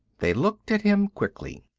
they looked at him quickly.